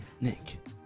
Nick